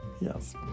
yes